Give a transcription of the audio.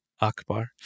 Akbar